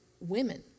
women